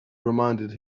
reminded